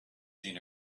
seen